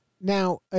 Now